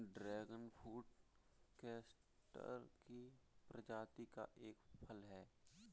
dragon fruit cactus की प्रजाति का एक फल है